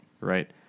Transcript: Right